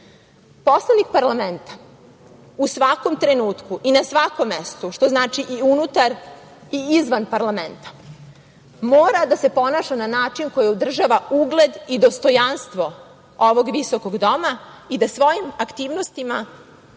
dana. Poslanik parlamenta u svakom trenutku i na svakom mestu, što znači i unutar i izvan parlamenta, mora da se ponaša na način koji održava ugled i dostojanstvo ovog visokog doma i da svojim aktivnostima